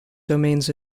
domains